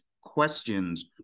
questions